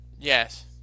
Yes